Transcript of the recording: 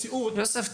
המציאות.